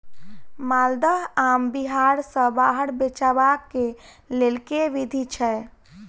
माल्दह आम बिहार सऽ बाहर बेचबाक केँ लेल केँ विधि छैय?